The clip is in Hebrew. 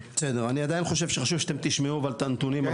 אני עדיין חושב שחשוב שאתם תשמעו את הנתונים על